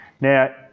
now